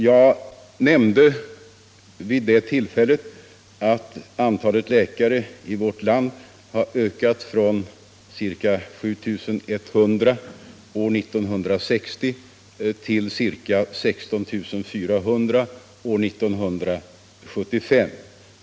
Jag nämnde då att antalet läkare i vårt land hade ökat från ca 7 100 år 1960 till ca 16 400 år 1975.